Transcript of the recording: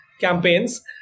campaigns